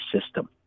system